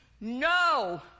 no